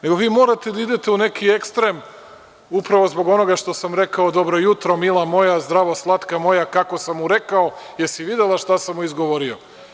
Nego vi morate da idete u neki ekstrem upravo zbog onoga što sam rekao – dobro jutro mila moja, zdravo slatka moja, kako sam mu rekao, jesi li videla šta sam mu izgovorio.